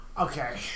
Okay